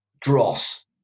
Dross